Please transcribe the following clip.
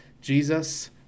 Jesus